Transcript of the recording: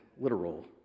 literal